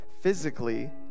physically